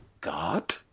God